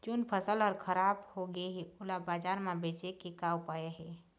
जोन फसल हर खराब हो गे हे, ओला बाजार म बेचे के का ऊपाय हे?